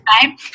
time